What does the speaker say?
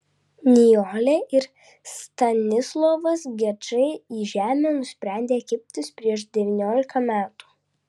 nijolė ir stanislovas gečai į žemę nusprendė kibtis prieš devyniolika metų